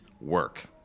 work